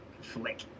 flick